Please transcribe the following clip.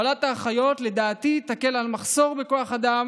לדעתי קבלת האחיות תקל על המחסור בכוח האדם